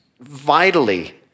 vitally